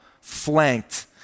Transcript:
flanked